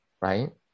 Right